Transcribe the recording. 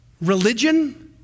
religion